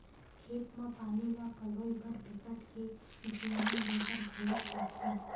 खेत म पानी ल पलोए बर बिकट के धियान देबर घलोक परथे